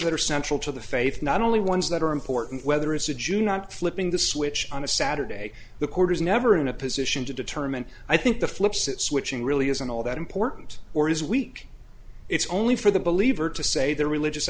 that are central to the faith not only ones that are important whether it's a jew not flipping the switch on a saturday the court is never in a position to determine i think the flips that switching really isn't all that important or is weak it's only for the believer to say they're religious